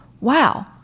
wow